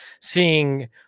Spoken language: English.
seeing